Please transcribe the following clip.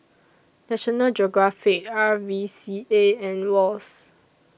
National Geographic R V C A and Wall's